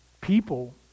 people